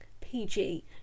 PG